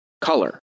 color